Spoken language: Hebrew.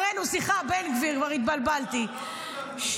סליחה, בן גביר, כבר התבלבלתי ----- איזה 15?